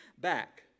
back